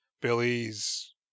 Billy's